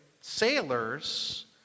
sailors